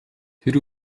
тэр